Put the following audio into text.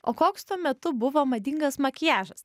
o koks tuo metu buvo madingas makiažas